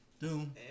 doom